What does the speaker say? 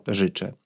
życzę